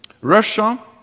Russia